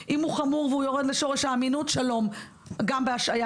אם הוא חמור והוא יורד לשורש האמינות שלום; גם בהשעיה